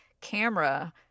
camera